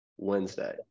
Wednesday